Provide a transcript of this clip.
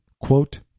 quote